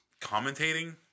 commentating